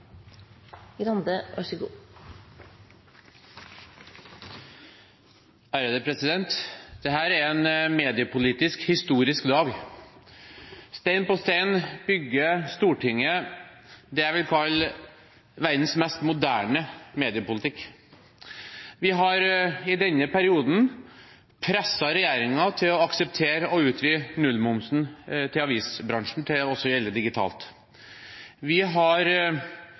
en historisk dag. Stein på stein bygger Stortinget det jeg vil kalle verdens mest moderne mediepolitikk. Vi har i denne perioden presset regjeringen til å akseptere å utvide nullmomsen til avisbransjen til også å gjelde digitalt. Vi har